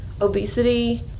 obesity